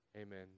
Amen